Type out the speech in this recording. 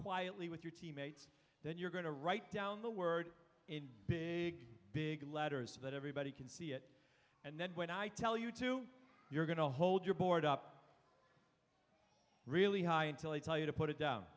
quietly with your teammates then you're going to write down the word in big big letters so that everybody can see it and then when i tell you to you're going to hold your board up really high until they tell you to put it down